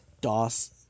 DOS